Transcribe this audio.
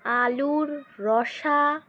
আলুর রসা